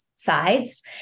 sides